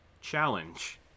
challenge